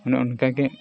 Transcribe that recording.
ᱚᱱᱮ ᱚᱱᱠᱟ ᱜᱮ